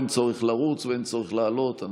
אין צורך לרוץ ואין צורך לעלות.